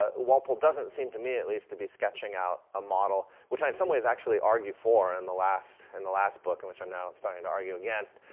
ah walpole doesn't seem to me, at least, to be sketching out a model, which i, in some ways actually argue for in the last, in the last book, and which i'm now starting to argue against,